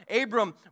Abram